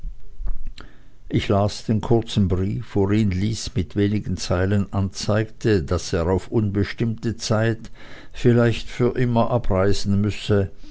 ich las den kurzen brief worin lys mit wenigen zeilen anzeigte daß er auf unbestimmte zeit vielleicht für immer abreisen müsse